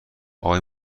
آقای